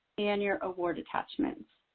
and your award attachments.